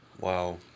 Wow